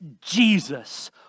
Jesus